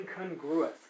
incongruous